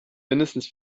mindestens